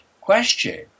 question